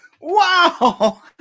wow